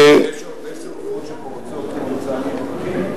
אגב, יש הרבה שרפות שפורצות כתוצאה מברקים.